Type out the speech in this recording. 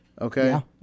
okay